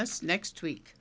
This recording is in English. us next week